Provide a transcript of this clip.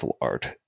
art